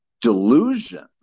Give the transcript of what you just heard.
delusion